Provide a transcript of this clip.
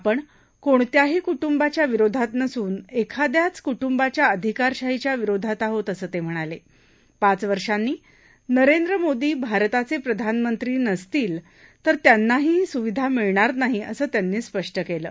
आपण कोणत्याही कु बिच्या विरोधात नसून एखाद्याच कु बिच्या अधिकारशाहीच्या विरोधात आहोत असं तक्ष्हणाल पिच वर्षांनी नरेंद्र मोदी भारताचप्रधानमंत्री नसलत्तिर त्यांनादखील ही सुविधा मिळणार नाही असं त्यांनी स्पष्ट कलि